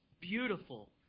beautiful